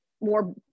more